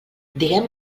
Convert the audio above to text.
diguem